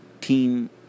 team